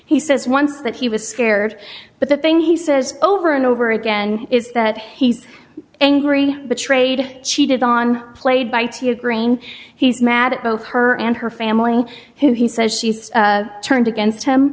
he says once that he was scared but the thing he says over and over again is that he's angry betrayed cheated on played by t a grain he's mad at both her and her family who he says she turned against him